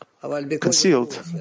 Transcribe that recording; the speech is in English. concealed